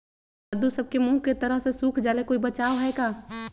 कददु सब के मुँह के तरह से सुख जाले कोई बचाव है का?